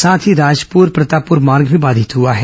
साथ ही राजपुर प्रतापपुर मार्ग भी बाधित हुआ है